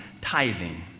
tithing